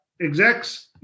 execs